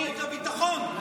אני דואג לביטחון.